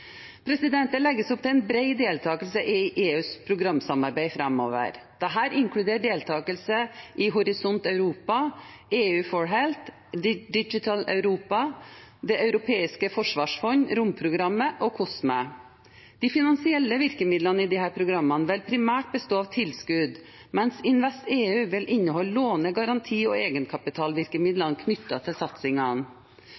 Det legges opp til en bred deltakelse i EUs programsamarbeid framover. Dette inkluderer deltakelse i Horisont Europa, EU4Health, Digital Europe, Det europeiske forsvarsfond, romprogrammet og COSME. De finansielle virkemidlene i disse programmene vil primært bestå av tilskudd, mens InvestEU vil inneholde låne-, garanti- og